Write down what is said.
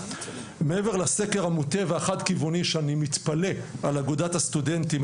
מעבר לסקר המוטה והחד כיווני שאני מתפלא על אגודת הסטודנטים,